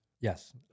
Yes